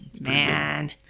Man